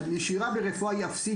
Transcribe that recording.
הנשירה ברפואה היא אפסית,